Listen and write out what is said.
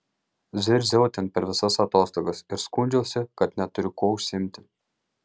zirziau ten per visas atostogas ir skundžiausi kad neturiu kuo užsiimti